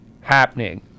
happening